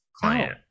Client